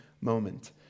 moment